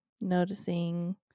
Noticing